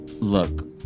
look